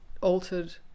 altered